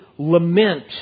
lament